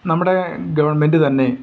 നമ്മുടെ ഗവൺമെൻ്റ് തന്നെ